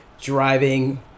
driving